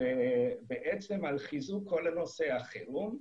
בעצם על חיזוק כל נושא החירום.